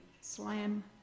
slam